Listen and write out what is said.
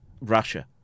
Russia